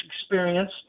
experience